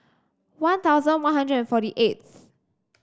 One Thousand One Hundred and forty eighth